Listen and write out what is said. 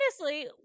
honestly-